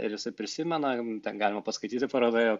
ir jisai prisimena ten galima paskaityti parodoje